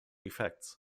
effects